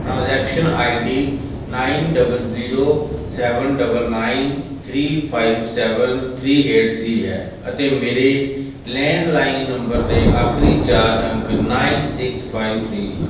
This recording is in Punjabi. transaction ID nine double zero seven double nine three five seven three eight three ਹੈ ਅਤੇ ਮੇਰੇ ਲੈਂਡਲਾਈਨ ਨੰਬਰ ਦੇ ਆਖਰੀ ਚਾਰ ਅੰਕ ਨਾਈਨ ਸਿਕਸ ਫਾਈਵ ਥਰੀ ਹਨ